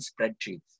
spreadsheets